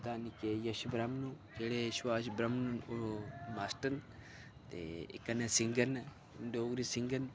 ओह्दे शा निक्के यश ब्रह्मनु ते जेह्ड़े सुभाष ब्रह्मनु न ओह् मास्टर न ते कन्नै सिंगर न डोगरी सिंगर न